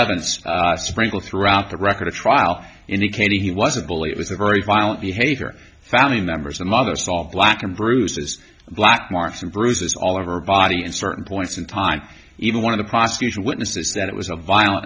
evidence sprinkled throughout the record of trial indicating he was a bully it was a very violent behavior family members the mother solved black and bruises black marks and bruises all over her body and certain points in time even one of the prosecution witnesses that it was a violent